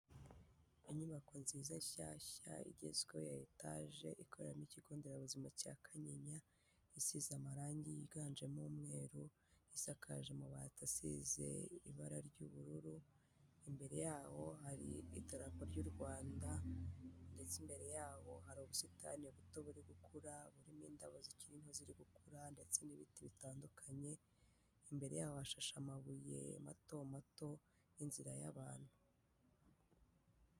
Inyubako nziza nshyashya igezweho ya etaje ikoreramo ikigo nderabuzima cya Kanyinya, isize amarangi yiganjemo umweru, isakaje amabati asize ibara ry'ubururu, imbere yaho hari idarapo ry'u Rwanda ndetse imbere yabo hari ubusitani buto buri gukura burimo indabo zikiri nto ziri gukura ndetse n'ibiti bitandukanye, imbere yaho hashashe amabuye mato mato n'inzira y'abantu.